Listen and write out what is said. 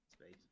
Space